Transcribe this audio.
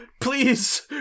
Please